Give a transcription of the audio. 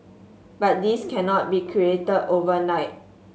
but this cannot be created overnight